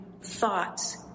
thoughts